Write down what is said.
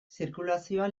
zirkulazioa